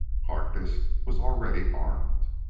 harkness was already armed.